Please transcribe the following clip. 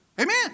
Amen